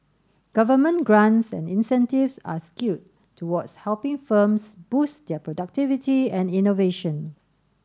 government grants and incentives are skewed towards helping firms boost their productivity and innovation